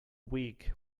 weak